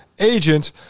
agent